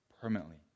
permanently